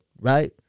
right